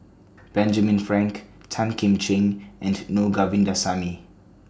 Benjamin Frank Tan Kim Ching and Na Govindasamy